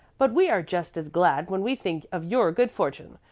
but we are just as glad when we think of your good-fortune.